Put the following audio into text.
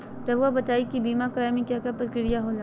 रहुआ बताइं बीमा कराए के क्या प्रक्रिया होला?